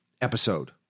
episode